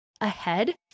ahead